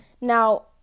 Now